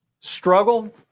Struggle